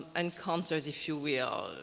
encounters, if you will,